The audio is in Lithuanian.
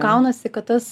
gaunasi kad tas